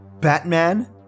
Batman